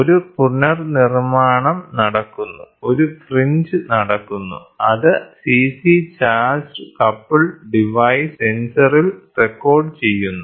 ഒരു പുനർനിർമ്മാണം നടക്കുന്നു ഒരു ഫ്രിഞ്ച് നടക്കുന്നു അത് CC ചാർജ് കപ്പിൾഡ് ഡിവൈസ് സെൻസറിൽ റെക്കോർഡുചെയ്യുന്നു